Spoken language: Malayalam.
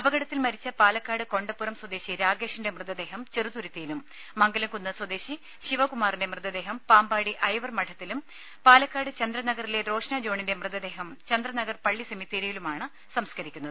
അപകടത്തിൽ മരിച്ച പാലക്കാട് കൊണ്ടപ്പുറം സ്വദേശി രാകേഷിന്റെ മൃതദേഹം ചെറുതുരുത്തിയിലും മംഗലംകുന്ന് സ്വദേശി ശിവകുമാറിന്റെ മൃതദേഹം പാമ്പാടി ഐവർ മഠത്തിലും പലക്കാട് ചന്ദ്രനഗറിലെ റോഷ്ന ജോണിന്റെ മൃതദേഹം ചന്ദ്രനഗർ പള്ളി സെമി ത്തേരിയിലുമാണ് സംസ്കരിക്കുന്നത്